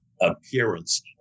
appearance